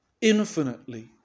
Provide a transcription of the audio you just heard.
infinitely